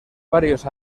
varios